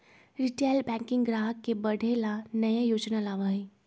retail banking ग्राहक के बढ़े ला नया योजना लावा हई